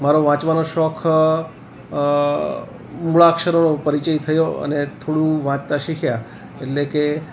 મારો વાંચવાનો શોખ મૂળાક્ષરોનો પરિચય થયો અને થોડું વાંચતા શીખ્યા એટલે કે